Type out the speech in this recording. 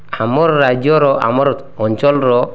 ଆମର୍ ରାଜ୍ୟର ଆମର୍ ଅଞ୍ଚଲ୍ର